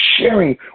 sharing